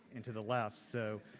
and to the left, so